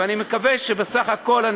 אני מקווה שבסך הכול,